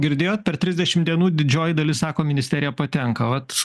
girdėjot per trisdešim dienų didžioji dalis sako ministerija patenka vat